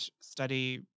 study